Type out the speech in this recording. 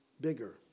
bigger